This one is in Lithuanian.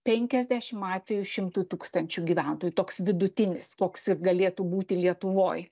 penkiasdešim atvejų šimtui tūkstančių gyventojų toks vidutinis koks galėtų būti lietuvoj